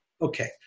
Okay